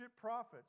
prophets